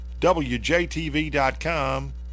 wjtv.com